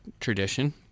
tradition